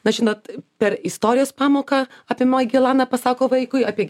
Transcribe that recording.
na žinot per istorijos pamoką apie magelaną pasako vaikui apie